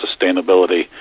sustainability